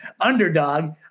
underdog